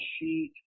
sheet